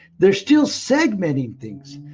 they are still segmenting things,